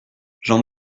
j’en